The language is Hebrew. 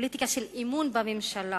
לפוליטיקה של אמון בממשלה,